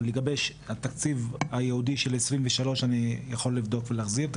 אבל לגבי התקציב הייעודי של 2023 אני יכול לבדוק ולהחזיר.